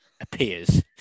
appears